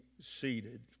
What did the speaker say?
seated